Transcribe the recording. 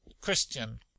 CHRISTIAN